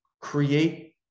create